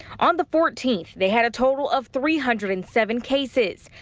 on the fourteenth they had a total of three hundred and seven cases,